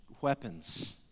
weapons